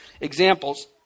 examples